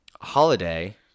Holiday